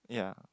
ya